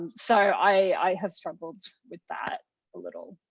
and so i have struggled with that a little.